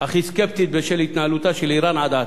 אך היא סקפטית בשל התנהלותה של אירן עד עתה.